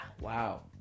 Wow